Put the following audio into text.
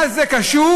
מה זה קשור,